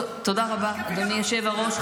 תודה רבה, אדוני יושב הראש.